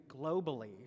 globally